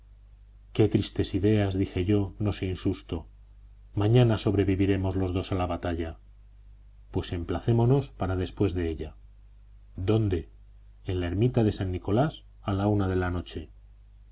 qué tristes ideas dije yo no sin susto mañana sobreviviremos los dos a la batalla pues emplacémonos para después de ella dónde en la ermita de san nicolás a la una de la noche